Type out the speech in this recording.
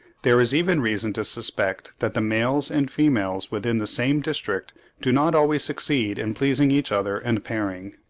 there is even reason to suspect that the males and females within the same district do not always succeed in pleasing each other and pairing.